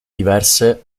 diverse